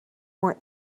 more